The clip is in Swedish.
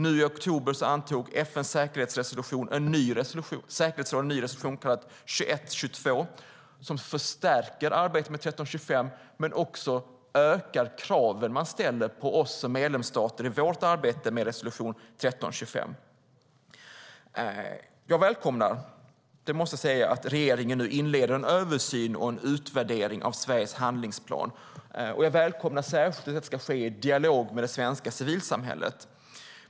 I oktober antog FN:s säkerhetsråd en ny resolution, kallad 2122, som förstärker arbetet med 1325 men också ökar de krav som ställs på oss som medlemsstater i vårt arbete med resolution 1325. Jag välkomnar - det måste jag säga - att regeringen nu inleder en översyn och utvärdering av Sveriges handlingsplan. Jag välkomnar särskilt att detta ska ske i dialog med det svenska civilsamhället.